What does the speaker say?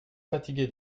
fatigué